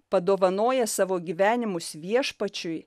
padovanoja savo gyvenimus viešpačiui